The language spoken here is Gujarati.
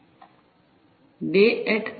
day et al Dey et al